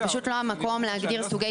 זה פשוט לא המקום להגדיר סוגי פינוי.